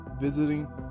visiting